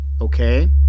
Okay